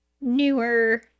newer